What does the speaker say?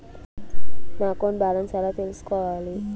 నా account balance ఎలా తెల్సుకోవాలి